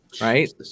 right